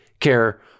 care